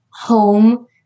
home